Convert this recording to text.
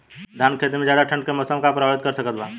धान के खेती में ज्यादा ठंडा के मौसम का प्रभावित कर सकता बा?